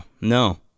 no